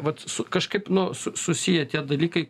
vat su kažkaip nu su susiję tie dalykai